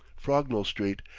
frognall street,